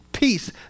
Peace